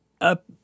up